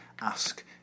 Ask